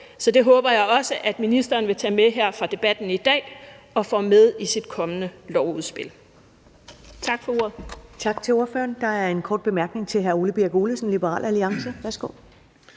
så det håber jeg også at ministeren vil tage med fra debatten her i dag og få med i sit kommende lovudspil.